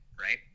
right